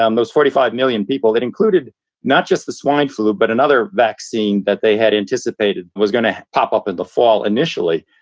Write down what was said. um those forty five million people that included not just the swine flu, but another vaccine that they had anticipated was going to pop up in the fall initially.